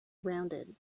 rounded